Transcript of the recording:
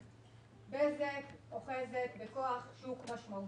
בזק אוחזת בכוח שוק משמעותי,